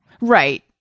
Right